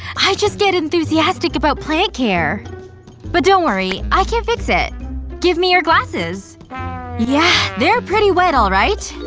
i just get enthusiastic about plant care but don't worry, i can fix it give me your glasses yeah, they're pretty wet all right.